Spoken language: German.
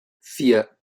vier